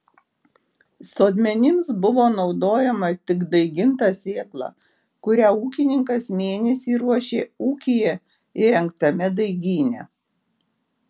sodmenims buvo naudojama tik daiginta sėkla kurią ūkininkas mėnesį ruošė ūkyje įrengtame daigyne